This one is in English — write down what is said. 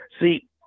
See